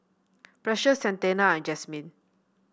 Precious Santana and Jasmine